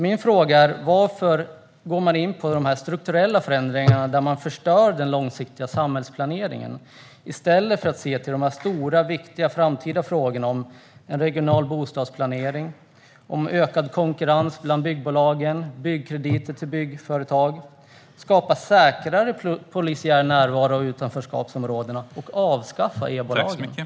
Min fråga är: Varför går man in på de strukturella förändringarna där man förstör den långsiktiga samhällsplaneringen i stället för att se till de stora viktiga framtida frågorna om en regional bostadsplanering, om ökad konkurrens bland byggbolagen, om byggkrediter till byggföretag, om att skapa säkrare polisiär närvaro i utanförskapsområdena och om att avskaffa EBO-lagen?